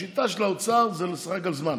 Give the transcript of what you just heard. השיטה של האוצר זה לשחק על זמן.